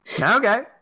Okay